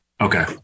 Okay